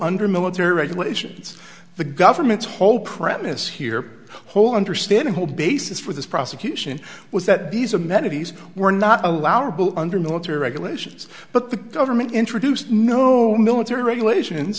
under military regulations the government's whole premise here whole understandable basis for this prosecution was that these amenities were not allowable under military regulations but the government introduced no military regulations